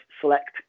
select